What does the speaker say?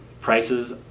prices